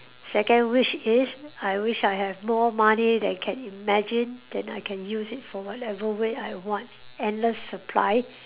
second wish is I wish I have more money than can imagine then I can use it for whatever way I want endless supply